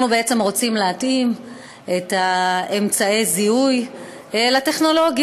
אנחנו בעצם רוצים להתאים את אמצעי הזיהוי לטכנולוגיה,